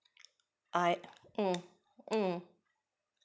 I mm mm